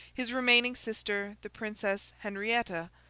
his remaining sister, the princess henrietta,